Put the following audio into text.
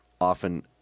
often